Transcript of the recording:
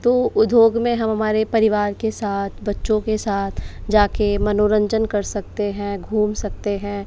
तो उद्योग में हम हमारे परिवार के साथ बच्चों के साथ जाके मनोरंजन कर सकते हैं घूम सकते हैं